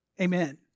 Amen